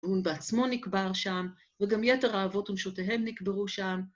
והוא בעצמו נקבר שם, וגם יתר האהבות ונשותיהם נקברו שם.